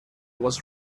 was